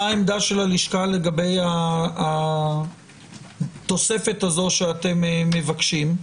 מה העמדה של הלשכה לגבי התוספת הזאת שאתם מבקשים?